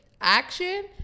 action